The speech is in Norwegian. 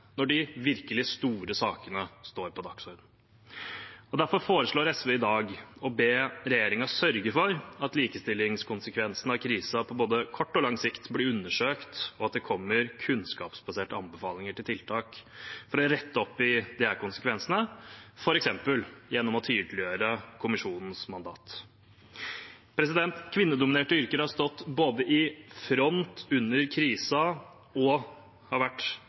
når de virkelig store sakene står på dagsordenen. Derfor foreslår SV i dag å be regjeringen sørge for at likestillingskonsekvensene av krisen på både kort og lang sikt blir undersøkt, og at det kommer kunnskapsbaserte anbefalinger til tiltak for å rette opp i disse konsekvensene, f.eks. gjennom å tydeliggjøre kommisjonens mandat. Kvinnedominerte yrker har stått i front under krisen og har kanskje vært